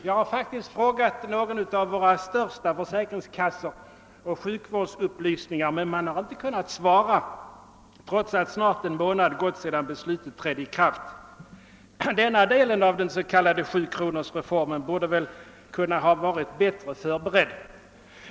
Jag har faktiskt frågat en av våra största försäkringskassor och sjukvårdsupplysningar, men man har inte kunnat svara på den frågan, trots att snart en månad gått sedan beslutet trädde i kraft. Denna del av den s.k. sjukronorsreformen borde ha kunnat vara bättre förberedd.